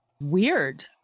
Weird